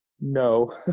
no